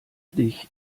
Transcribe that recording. dich